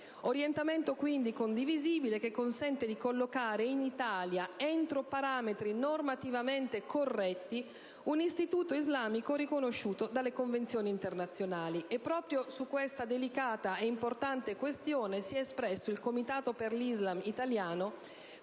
orientamento condivisibile, che consente di collocare in Italia, entro parametri normativamente corretti, un istituto islamico riconosciuto dalle convenzioni internazionali. Proprio su questa delicata e importante questione si è espresso il comitato per l'Islam italiano